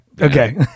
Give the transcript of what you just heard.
Okay